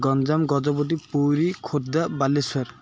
Ganjam Gajapati Puri Khordha Balasore